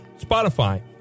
Spotify